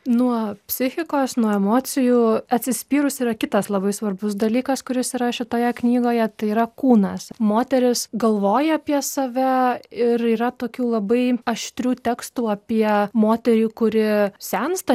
nuo psichikos nuo emocijų atsispyrus yra kitas labai svarbus dalykas kuris yra šitoje knygoje tai yra kūnas moteris galvoja apie save ir yra tokių labai aštrių tekstų apie moterį kuri sensta